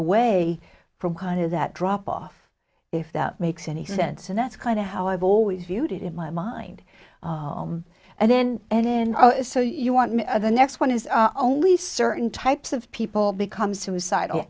away from kind of that drop off if that makes any sense and that's kind of how i've always viewed it in my mind and then and in so you want the next one is only certain types of people become suicidal